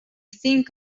think